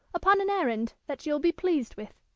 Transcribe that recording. upon an errand that you'll be pleased with.